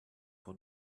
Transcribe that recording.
for